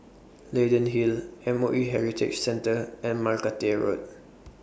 Leyden Hill M O E Heritage Centre and Margate Road